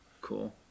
Cool